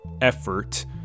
effort